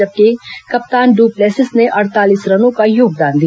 जबकि कप्तान du Plessis ने अड़तालीस रनों का योगदान दिया